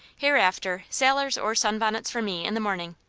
hereafter, sailors or sunbonnets for me in the morning.